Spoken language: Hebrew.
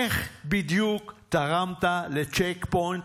איך בדיוק תרמת לצ'ק פוינט?